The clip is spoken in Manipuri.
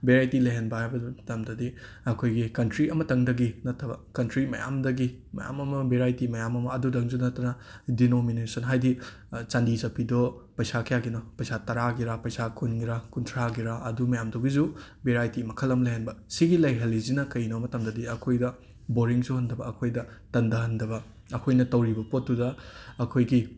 ꯕꯦꯔꯥꯏꯇꯤ ꯂꯩꯍꯟꯕ ꯍꯥꯏꯕ ꯃꯇꯝꯗꯗꯤ ꯑꯩꯈꯣꯏꯒꯤ ꯀꯟꯇ꯭ꯔꯤ ꯑꯃꯇꯪꯗꯒꯤ ꯅꯠꯇꯕ ꯀꯟꯇ꯭ꯔꯤ ꯃꯌꯥꯝꯗꯒꯤ ꯃꯌꯥꯝ ꯑꯃ ꯕꯦꯔꯥꯏꯇꯤ ꯃꯌꯥꯝ ꯑꯃ ꯑꯗꯨꯇꯪꯁꯨ ꯅꯠꯇꯅ ꯗꯤꯅꯣꯃꯤꯅꯦꯁꯟ ꯍꯥꯏꯗꯤ ꯆꯥꯟꯗꯤ ꯆꯠꯄꯤꯗꯣ ꯄꯩꯁꯥ ꯀꯌꯥꯒꯤꯅꯣ ꯄꯩꯁꯥ ꯇꯔꯥꯒꯤꯔꯥ ꯄꯩꯁꯥ ꯀꯨꯟꯒꯤꯔꯥ ꯀꯨꯟꯊ꯭ꯔꯥꯒꯤꯔꯥ ꯑꯗꯨ ꯃꯌꯥꯝꯗꯨꯒꯤꯗꯨꯁꯨ ꯕꯦꯔꯥꯏꯇꯤ ꯃꯈꯜ ꯑꯃ ꯂꯩꯍꯟꯕ ꯑꯁꯤꯒꯤ ꯂꯩꯍꯜꯂꯤꯁꯤꯅ ꯀꯩꯅꯣ ꯃꯇꯝꯗꯗꯤ ꯑꯩꯈꯣꯏꯗ ꯕꯣꯔꯤꯡ ꯆꯨꯍꯟꯗꯕ ꯑꯩꯈꯣꯏꯗ ꯇꯟꯊꯍꯟꯗꯕ ꯑꯩꯈꯣꯏꯅ ꯇꯧꯔꯤꯕ ꯄꯣꯠꯇꯨꯗ ꯑꯩꯈꯣꯏꯒꯤ